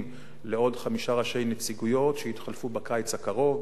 לעוד חמישה ראשי נציגויות שיתחלפו בקיץ הקרוב,